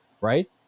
right